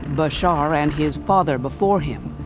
bashar and his father before him,